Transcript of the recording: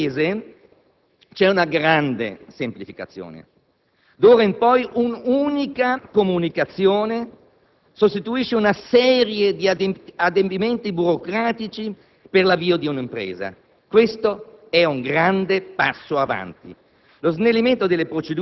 Sul fronte delle imprese c'è una grande semplificazione: d'ora in poi un'unica comunicazione sostituisce una serie di adempimenti burocratici per l'avvio di un'impresa. Questo è un grande passo avanti.